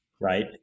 right